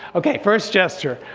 okay first gesture,